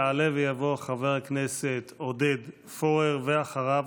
יעלה ויבוא חבר הכנסת פורר, ואחריו,